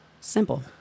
Simple